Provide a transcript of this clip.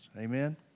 Amen